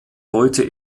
heute